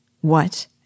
What